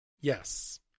Yes